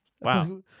Wow